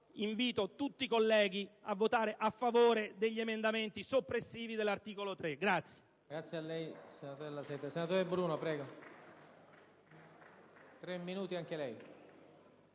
invito tutti i colleghi a votare a favore degli emendamenti soppressivi dell'articolo 3.